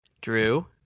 Drew